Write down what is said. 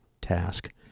task